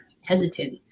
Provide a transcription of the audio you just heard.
hesitant